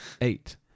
eight